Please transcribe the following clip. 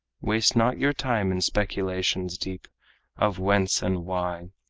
waste not your time in speculations deep of whence and why.